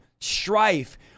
strife